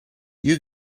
you